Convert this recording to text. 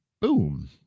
Boom